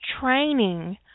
training